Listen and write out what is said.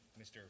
Mr